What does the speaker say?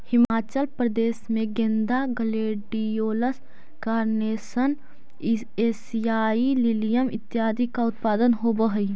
हिमाचल प्रदेश में गेंदा, gladiolus, carnation, एशियाई लिलियम इत्यादि का उत्पादन होवअ हई